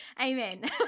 Amen